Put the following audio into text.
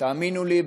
תאמינו לי,